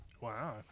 Wow